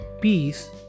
peace